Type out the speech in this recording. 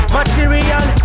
Material